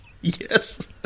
Yes